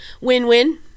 win-win